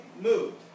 moved